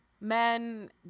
Men